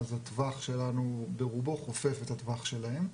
הטווח שלנו ברובו חופף את הטווח שלהם,